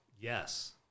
Yes